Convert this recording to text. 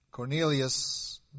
Cornelius